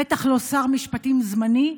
בטח לא שר משפטים זמני,